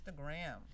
Instagram